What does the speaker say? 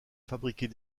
fabriquer